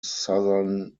southern